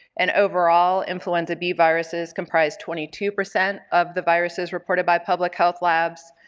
and overall influenza b viruses comprised twenty two percent of the viruses reported by public health labs,